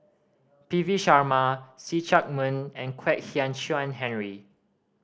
P V Sharma See Chak Mun and Kwek Hian Chuan Henry